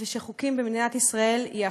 ושחוקים במדינת ישראל ייאכפו.